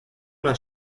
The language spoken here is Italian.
una